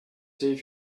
save